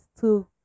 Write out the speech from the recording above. two